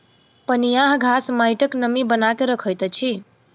पनियाह घास माइटक नमी बना के रखैत अछि